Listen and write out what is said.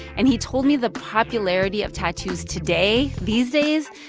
and he told me the popularity of tattoos today, these days,